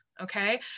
Okay